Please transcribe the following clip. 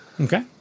okay